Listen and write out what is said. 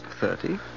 Thirty